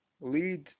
lead